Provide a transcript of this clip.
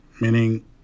meaning